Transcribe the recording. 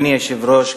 אדוני היושב-ראש,